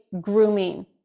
grooming